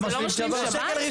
זה משלים שב"ן.